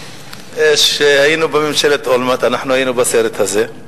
כשהיינו בממשלת אולמרט היינו בסרט הזה.